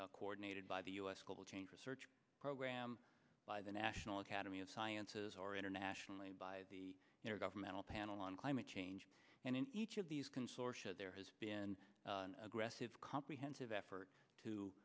coordinated by the u s global change research program by the national academy of sciences or internationally by the governmental panel on climate change and in each of these consortia there has been an aggressive comprehensive effort to